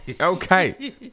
Okay